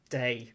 day